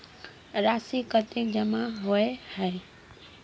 राशि कतेक जमा होय है?